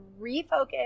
refocus